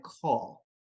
call